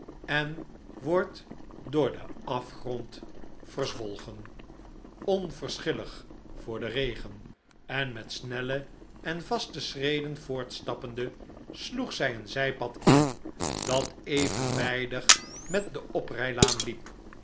en wordt door den afgrond verzwolgen onverschillig voor den regen en met snelle en vaste schreden voorstappende sloeg zij een zijpad in dat evenwijdig met de oprijlaan liep